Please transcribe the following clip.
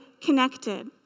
connected